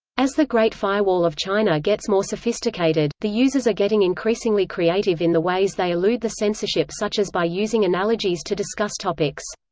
as the great firewall of china gets more sophisticated, the users are getting increasingly creative in the ways they elude the censorship such as by using analogies to discuss topics.